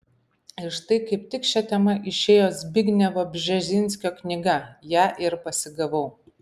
ir štai kaip tik šia tema išėjo zbignevo bžezinskio knyga ją ir pasigavau